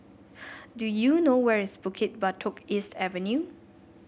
do you know where is Bukit Batok East Avenue